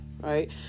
right